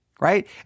Right